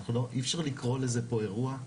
אי אפשר לקרוא לזה פה אירוע.